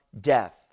death